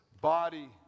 body